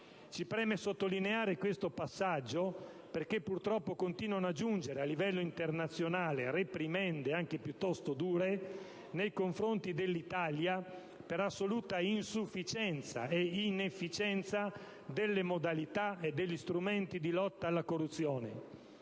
Mi preme sottolineare questo passaggio, perché purtroppo continuano a giungere, a livello internazionale, reprimende, anche piuttosto dure, nei confronti dell'Italia per assoluta insufficienza e inefficienza delle modalità e degli strumenti di lotta alla corruzione.